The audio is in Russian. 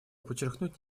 подчеркнуть